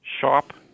shop